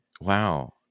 Wow